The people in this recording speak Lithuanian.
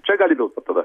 čia gali po tada